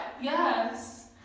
Yes